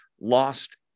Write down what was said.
lost